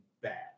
bad